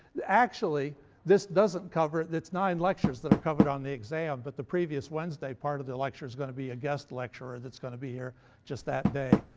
actually this doesn't cover it's nine lectures that are covered on the exam, but the previous wednesday part of the lecture is going to be a guest lecturer that's going to be here just that day.